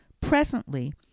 presently